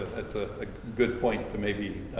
that's a good point to maybe